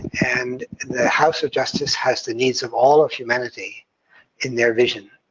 and the house of justice has the needs of all of humanity in their vision,